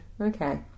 Okay